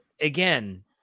Again